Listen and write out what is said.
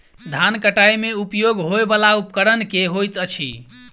धान कटाई मे उपयोग होयवला उपकरण केँ होइत अछि?